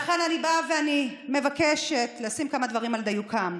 לכן אני מבקשת להעמיד כמה דברים על דיוקם.